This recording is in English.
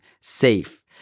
safe